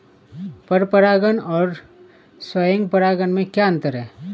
पर परागण और स्वयं परागण में क्या अंतर है?